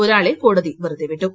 ഒരാളെ കോടതി വെറുതെ ശ്ചിട്ടു